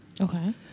Okay